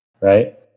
right